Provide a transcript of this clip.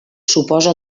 suposa